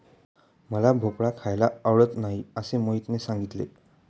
मला भोपळा खायला आवडत नाही असे मोहितने सांगितले